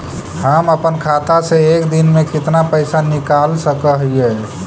हम अपन खाता से एक दिन में कितना पैसा निकाल सक हिय?